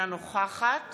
אינה נוכחת